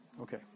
Okay